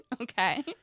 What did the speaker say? Okay